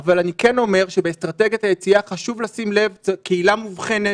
אבל אני כן אומר שבאסטרטגיית היציאה חשוב לשים לב שזו קהילה מובחנת.